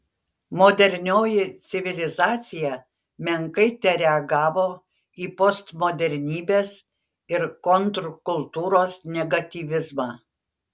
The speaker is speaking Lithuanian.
modernioji civilizacija menkai tereagavo į postmodernybės ir kontrkultūros negatyvizmą